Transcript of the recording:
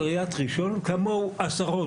של עיריית ראשון לציון כמוהו עשרות,